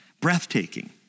breathtaking